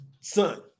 son